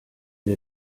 dir